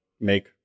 make